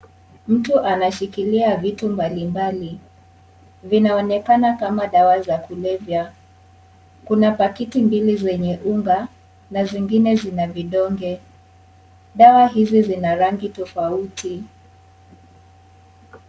Mtu anashikilia vitu mbali mbali, vinaonekana kama dawa za kulevya. Kuna pakiti mbili zenye unga na zingine zina vidonge. Dawa hizi zina rangi tofauti.